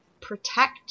protect